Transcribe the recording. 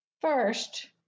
First